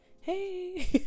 Hey